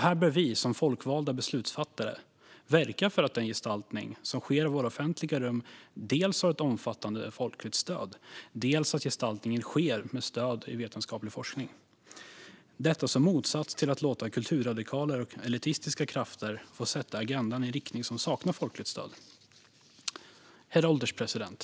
Här bör vi som folkvalda beslutsfattare verka dels för att den gestaltning som sker av våra offentliga rum har ett omfattande folkligt stöd, dels för att gestaltningen sker med stöd i vetenskaplig forskning - detta som motsats till att låta kulturradikaler och elitistiska krafter få sätta agendan i en riktning som saknar folkligt stöd. Herr ålderspresident!